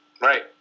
Right